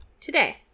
today